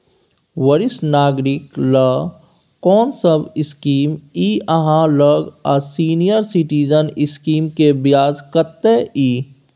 वरिष्ठ नागरिक ल कोन सब स्कीम इ आहाँ लग आ सीनियर सिटीजन स्कीम के ब्याज कत्ते इ?